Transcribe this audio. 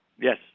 Yes